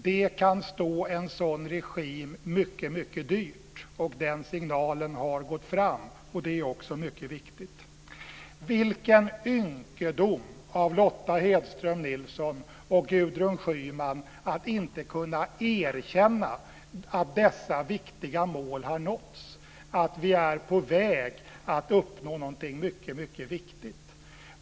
Det kan stå en sådan regim mycket dyrt. Den signalen har gått fram, och det är också mycket viktigt. Vilken ynkedom av Lotta Nilsson-Hedström och Gudrun Schyman att inte kunna erkänna att dessa viktiga mål har nåtts och att vi är på väg att uppnå något mycket viktigt!